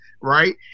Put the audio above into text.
right